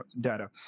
data